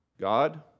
God